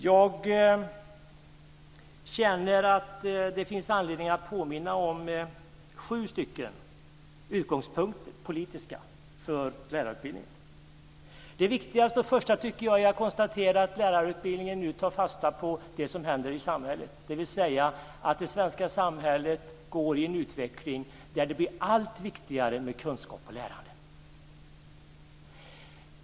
Jag känner att det finns anledning att påminna om några politiska utgångspunkter för lärarutbildningen. Jag tycker att det viktigaste är att konstatera att lärarutbildningen nu tar fasta på det som händer i samhället. Dvs. att det svenska samhället är i en utveckling där det blir allt viktigare med kunskap och lärande.